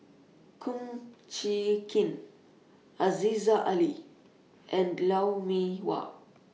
Kum Chee Kin Aziza Ali and Lou Mee Wah